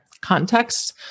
context